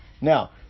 Now